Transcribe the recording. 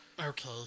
Okay